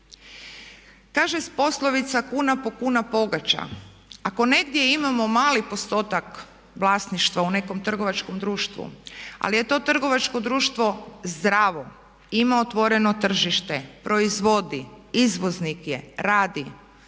Kaže poslovica kuna po kuna pogača. Ako negdje imamo mali postotak vlasništva u nekom trgovačkom društvu, ali je to trgovačko društvo zdravo, ima otvoreno tržište, proizvodi, izvoznik je, radi,